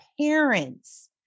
parents